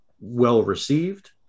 well-received